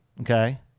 okay